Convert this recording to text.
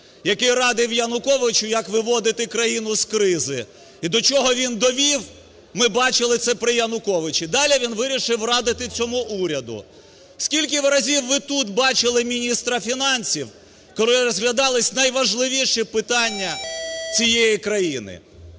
який радив Януковичу, як виводити країну з кризи, і до чого він довів, ми бачили це при Януковичу. Далі він вирішив радити цьому уряду. Скільки разів ви тут бачили міністра фінансів, коли розглядались найважливіші питання цієї країни?